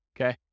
okay